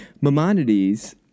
Maimonides